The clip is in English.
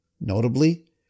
Notably